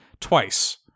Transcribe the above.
Twice